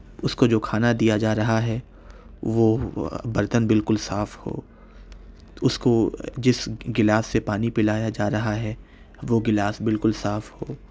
اُس کو جو کھانا دیا جا رہا ہے وہ برتن بالکل صاف ہو اُس کو جس گلاس سے پانی پلایا جا رہا ہے وہ گلاس بالکل صاف ہو